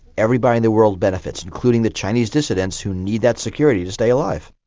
everybody in the world benefits, including the chinese dissidents who need that security to stay alive.